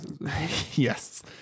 Yes